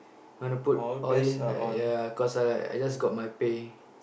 wanna put all in like ya cause I like I just got my pay